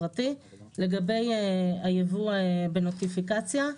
לגבי היבוא בנוטיפיקציה,